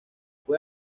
fue